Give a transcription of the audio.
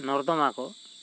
ᱱᱚᱨᱫᱚᱢᱟ ᱠᱚ